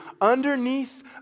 Underneath